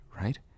right